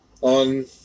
on